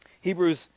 Hebrews